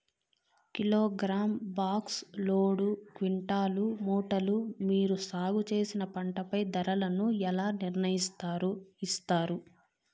Kilogram, box, load, quintal, మూటలు మీరు సాగు చేసిన పంటపై ధరలను ఎలా నిర్ణయిస్తారు యిస్తారు?